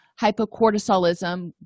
hypocortisolism